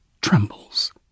trembles